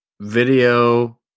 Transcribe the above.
video